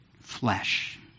flesh